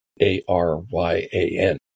A-R-Y-A-N